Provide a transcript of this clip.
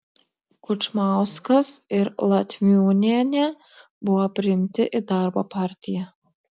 kudžmauskas ir latviūnienė buvo priimti į darbo partiją